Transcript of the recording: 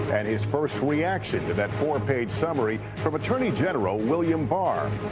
and his first reaction to that four-page summary from attorney general william barr.